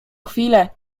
chwilę